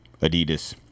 Adidas